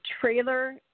trailer